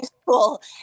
school